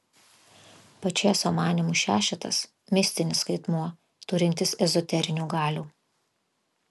pačėso manymu šešetas mistinis skaitmuo turintis ezoterinių galių